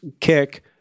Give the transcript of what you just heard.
kick